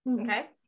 Okay